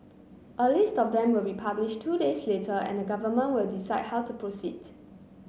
a list of them will be publish two days later and the government will decide how to proceed